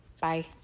Bye